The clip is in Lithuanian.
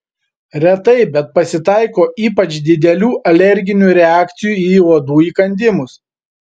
retai bet pasitaiko ypač didelių alerginių reakcijų į uodų įkandimus